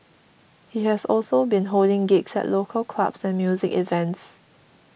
he has also been holding gigs at local clubs and music events